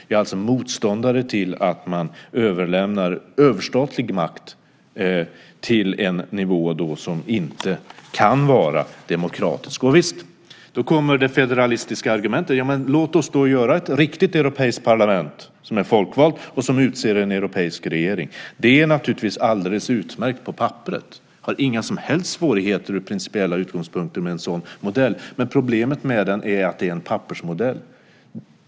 Jag är alltså motståndare till att man överlämnar överstatlig makt till en nivå som inte kan vara demokratisk. Då kommer det federalistiska argumentet: Låt oss göra ett riktigt europeiskt parlament som är folkvalt och som utser en europeisk regering! Det är naturligtvis alldeles utmärkt på papperet. Jag har inga som helst svårigheter ur principiella utgångspunkter med en sådan modell, men problemet med den är att det är en pappersmodell.